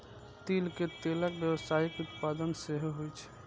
तिल के तेलक व्यावसायिक उत्पादन सेहो होइ छै